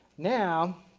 now,